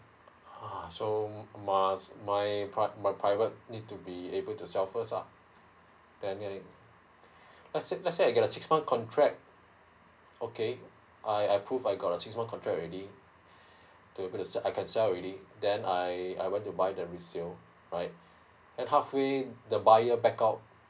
ah so must my my private need to be able to sell first lah then let's say let's say I have a six month contract okay I I prove I got a six month contract already to I can sell already then I I went to buy the resale right half way the buyer back out